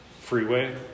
freeway